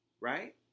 right